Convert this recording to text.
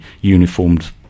uniformed